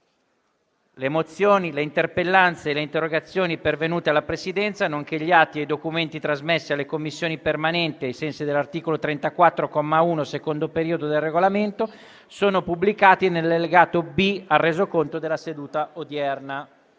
Le mozioni, le interpellanze e le interrogazioni pervenute alla Presidenza, nonché gli atti e i documenti trasmessi alle Commissioni permanenti ai sensi dell'articolo 34, comma 1, secondo periodo, del Regolamento sono pubblicati nell'allegato B al Resoconto della seduta odierna.